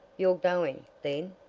you're going, then?